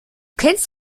kennst